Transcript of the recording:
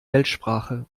weltsprache